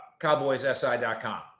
CowboysSI.com